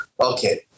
okay